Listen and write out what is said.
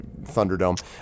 Thunderdome